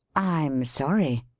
i'm sorry,